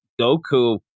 Goku